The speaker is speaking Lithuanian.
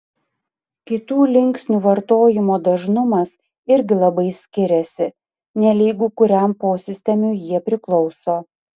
kitų linksnių vartojimo dažnumas irgi labai skiriasi nelygu kuriam posistemiui jie priklauso